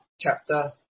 chapter